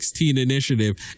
initiative